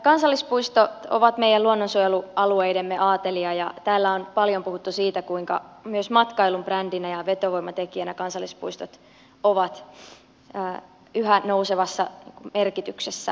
kansallispuistot ovat meidän luonnonsuojelualueidemme aatelia ja täällä on paljon puhuttu siitä kuinka myös matkailun brändinä ja vetovoimatekijänä kansallispuistot ovat yhä nousevassa merkityksessä